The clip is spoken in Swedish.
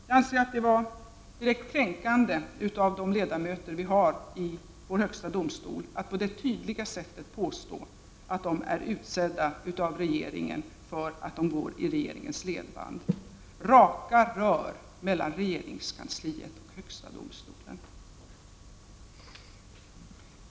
Jag anser att det var ett direkt kränkande av de ledamöter vi har i vår högsta domstol, att på det tydliga sättet påstå att de är utsedda av regeringen för att de går i regeringens ledband — raka rör mellan regeringskansliet och högsta domstolen.